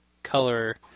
color